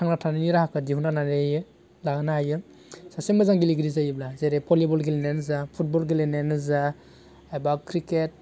थांना थानायनि राहाखौ दिहुन्ना लानो हायो लाहोनो हायो सासे मोजां गेलेगिरि जायोब्ला जेरै पलिबल गेलेनायानो जा फुटबल गेलेनायानो जा एबा क्रिकेट